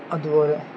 അതുപോലെ